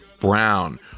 Brown